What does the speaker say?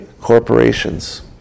corporations